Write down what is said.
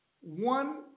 one